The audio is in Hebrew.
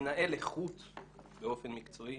מנהל איכות באופן מקצועי